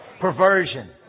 perversion